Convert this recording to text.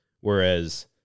Whereas